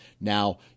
Now